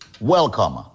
Welcome